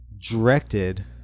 directed